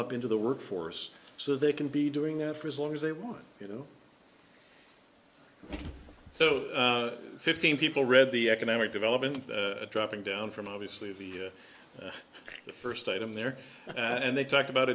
up into the workforce so they can be doing it for as long as they want you know so fifteen people read the economic development dropping down from obviously the the first item there and they talked about